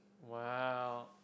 wow